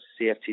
CFTC